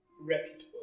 reputable